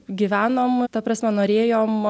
gyvenom ta prasme norėjom